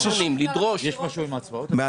אי